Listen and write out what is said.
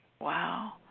Wow